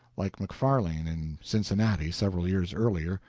like macfarlane in cincinnati several years earlier,